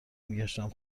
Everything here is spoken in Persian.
میگشتم